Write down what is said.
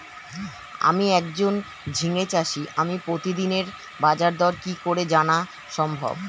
আমি একজন ঝিঙে চাষী আমি প্রতিদিনের বাজারদর কি করে জানা সম্ভব?